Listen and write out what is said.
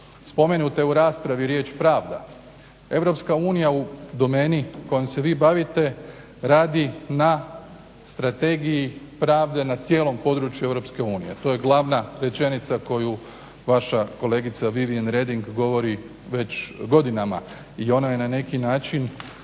Spomenuta je u raspravi i riječ pravda. Europska unija u domeni kojom se vi bavite radi na strategiji pravde na cijelom području Europske unije, to je glavna rečenica koju vaša kolegica Viviane Reding govori već godinama i ona je na neki način